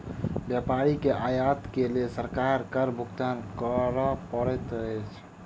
व्यापारी के आयत के लेल सरकार के कर भुगतान कर पड़ैत अछि